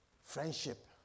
friendship